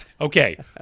Okay